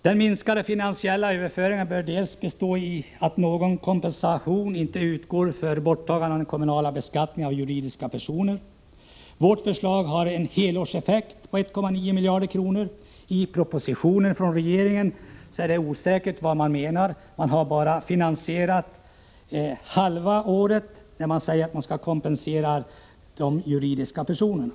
Den minskade finansiella överföringen bör bl.a. bestå i att någon kompensation inte utgår för borttagandet av den kommunala beskattningen av juridiska personer. Vårt förslag har en helårseffekt på 1,9 miljarder kronor. Det är osäkert vad man menar i regeringens proposition — man har bara finansierat halva året, när man säger att man skall kompensera de juridiska personerna.